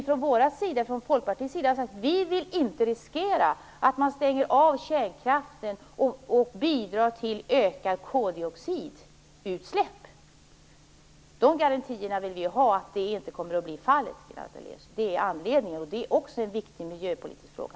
Från Folkpartiets sida vill vi inte riskera att man stänger av kärnkraften och bidrar till ökade koldioxidutsläpp. Vi vill ha garantier för att det inte kommer att bli fallet, Lennart Daléus. Det är anledningen, och det är också en viktig miljöpolitisk fråga.